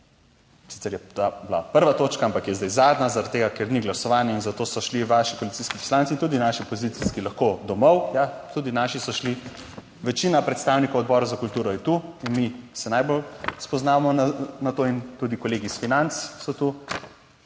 sicer je bila 1. točka, ampak je zdaj zadnja, zaradi tega, ker ni glasovanja in zato so šli vaši koalicijski poslanci in tudi naši opozicijski lahko domov. Ja, tudi naši so šli. Večina predstavnikov Odbora za kulturo je tu in mi se najbolj spoznamo na to in tudi kolegi iz Financ so tu,